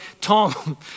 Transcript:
Tom